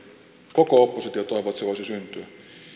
koko oppositio toivoo että se voisi syntyä